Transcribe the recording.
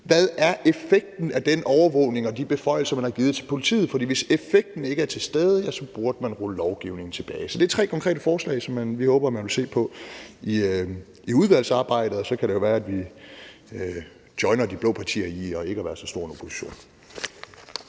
hvad effekten er af den overvågning og de beføjelser, man har givet til politiet. For hvis effekten ikke er til stede, ja, så burde man rulle lovgivningen tilbage. Så det er tre konkrete forslag, som vi håber man vil se på i udvalgsarbejdet, og så kan det jo være, at vi joiner de blå partier i ikke at være så stor en opposition.